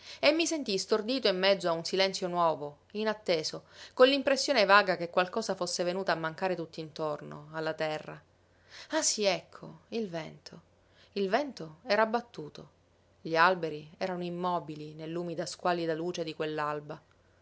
e mi sentii stordito in mezzo a un silenzio nuovo inatteso con l'impressione vaga che qualcosa fosse venuta a mancare tutt'intorno alla terra ah sí ecco il vento il vento era abbattuto gli alberi erano immobili nell'umida squallida luce di